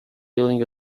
building